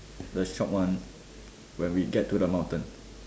the short one when we get to the mountain